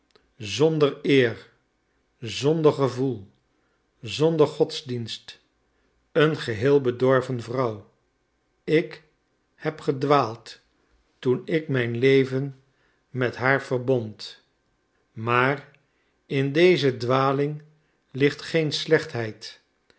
zonder eer zonder gevoel zonder godsdienst een geheel bedorven vrouw ik heb gedwaald toen ik mijn leven met haar verbond maar in deze dwaling ligt geen slechtheid